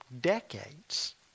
decades